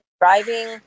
driving